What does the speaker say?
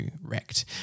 wrecked